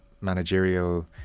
managerial